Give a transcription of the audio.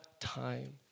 time